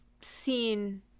seen